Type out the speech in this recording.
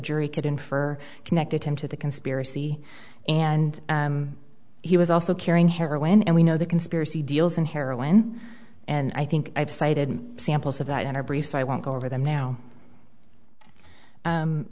jury could infer connected him to the conspiracy and he was also carrying heroin and we know the conspiracy deals and heroin and i think i've cited samples of that in our brief so i won't go over them now